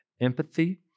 empathy